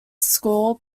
score